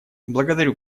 благодарю